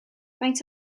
faint